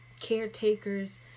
caretakers